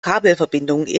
kabelverbindungen